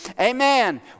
Amen